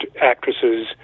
actresses